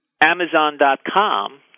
Amazon.com